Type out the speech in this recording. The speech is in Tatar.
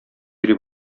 йөри